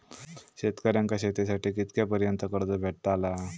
शेतकऱ्यांका शेतीसाठी कितक्या पर्यंत कर्ज भेटताला?